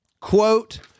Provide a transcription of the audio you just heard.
quote